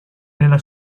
nella